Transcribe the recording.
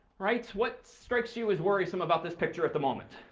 right? what strikes you as worrisome about this picture at the moment?